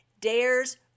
dares